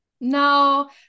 No